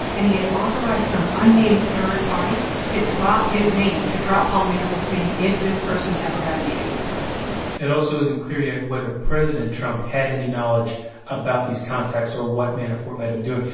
and he had authorized some unnamed third party to drop his name to drop paul manafort's name if this person ever got a meeting with the president it also isn't clear yet whether president trump had any knowledge about these contacts or what manafort might have been doing.